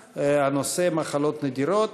אני קובע כי הנושא יידון בוועדת החינוך,